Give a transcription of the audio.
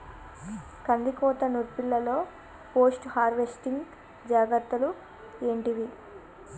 కందికోత నుర్పిల్లలో post harvesting జాగ్రత్తలు ఏంటివి?